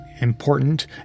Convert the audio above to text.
important